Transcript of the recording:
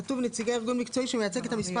כתוב: נציגי ארגון מקצועי שמייצג את המספר